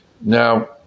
Now